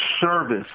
service